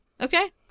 Okay